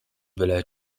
byle